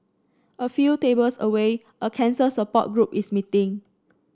a few tables away a cancer support group is meeting